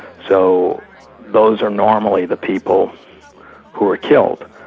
so those are normally the people who are killed.